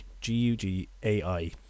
G-U-G-A-I